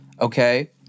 okay